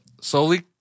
slowly